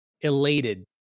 elated